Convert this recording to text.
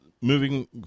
moving